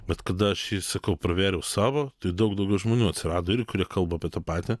vat kada aš ir sakau pravėriau savo tai daug daugiau žmonių atsirado irgi kurie kalba apie tą patį